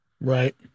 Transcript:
Right